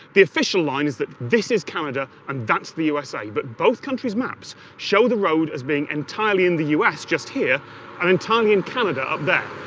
the official line is that this is canada and that's the usa, but both countries' maps show the road as being entirely in the us just here and entirely in canada, up there.